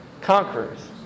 conquerors